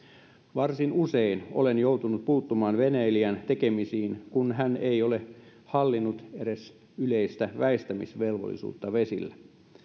varsin usein olen joutunut puuttumaan veneilijän tekemisiin kun hän ei ole hallinnut edes yleistä väistämisvelvollisuutta vesillä